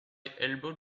elbowed